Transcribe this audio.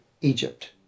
Egypt